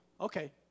okay